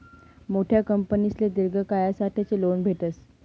मोठा कंपनीसले दिर्घ कायसाठेच लोन भेटस